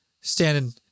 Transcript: Standing